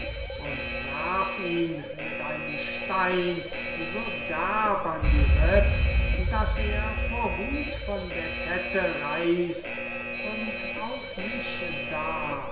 und werf ihn mit einem stein so derb an die ripp daß er vor wuth von der kette reißt und auf mich dar